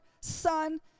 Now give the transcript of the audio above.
Son